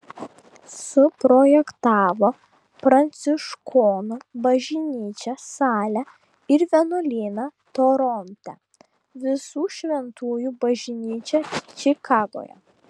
suprojektavo pranciškonų bažnyčią salę ir vienuolyną toronte visų šventųjų bažnyčią čikagoje